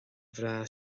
bhreá